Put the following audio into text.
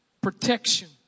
protection